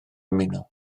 ymuno